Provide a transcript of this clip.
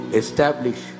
establish